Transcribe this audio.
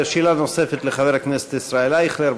שאלה נוספת לחבר הכנסת ישראל אייכלר,